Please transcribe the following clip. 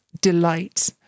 delight